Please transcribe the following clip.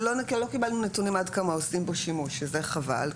לא קיבלנו נתונים עד כמה עושים בו שימוש, שזה חבל.